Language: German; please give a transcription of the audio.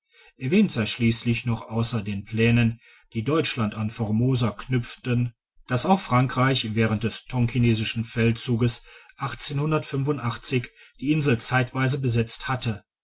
erwähnt sei schliesslich noch ausser den plänen die deutschland an formosa knüpften dass auch frankreich während des tonkinesischen feldzuges die insel zeitweise besetzt hatte